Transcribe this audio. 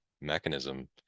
mechanism